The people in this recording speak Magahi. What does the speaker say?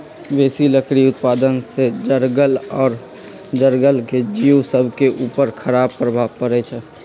बेशी लकड़ी उत्पादन से जङगल आऽ जङ्गल के जिउ सभके उपर खड़ाप प्रभाव पड़इ छै